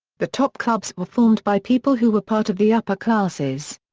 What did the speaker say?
the top clubs were formed by people who were part of the upper classes.